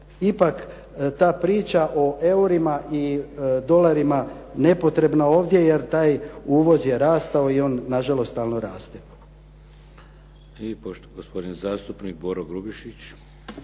ipak ta priča o eurima i dolarima nepotrebna ovdje jer taj uvoz je rastao i on nažalost stalno raste.